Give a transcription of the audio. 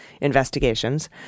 investigations